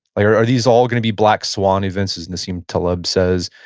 are these all going to be black swan events as nassim taleb says,